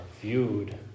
viewed